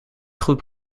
goed